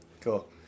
Cool